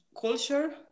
culture